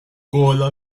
cola